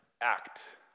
act